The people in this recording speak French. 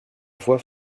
voix